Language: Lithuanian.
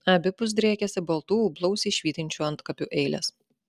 abipus driekėsi baltų blausiai švytinčių antkapių eilės